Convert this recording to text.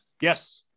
yes